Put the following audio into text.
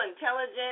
intelligent